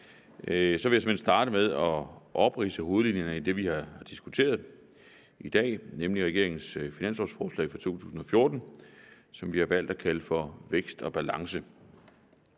vil jeg såmænd starte med at opridse hovedlinjerne i det, vi har diskuteret i dag, nemlig regeringens finanslovsforslag for 2014, som vi har valgt at kalde for »Vækst og balance«.